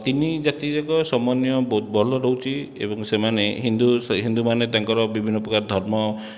ତିନି ଜାତିଯାକ ସମନ୍ୟ ବହୁତ ଭଲ ରହୁଛି ଏବଂ ସେମାନେ ହିନ୍ଦୁ ହିନ୍ଦୁମାନେ ତାଙ୍କର ବିଭିନ୍ନ ପ୍ରକାର ଧର୍ମ